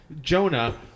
Jonah